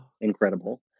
incredible